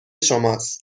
شماست